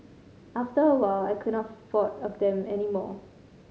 after a while I could not afford them any more